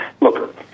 Look